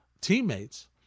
teammates